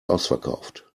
ausverkauft